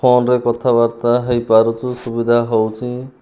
phone ରେ କଥାବାର୍ତ୍ତା ହୋଇପାରୁଛୁ ସୁବିଧା ହେଉଛି